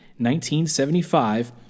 1975